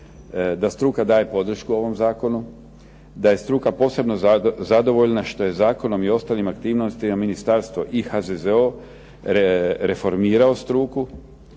da struka daje podršku ovom zakonu, da je struka posebno zadovoljna što je zakonom i ostalim aktivnostima ministarstvo i HZZO reformirao struku,